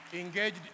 Engaged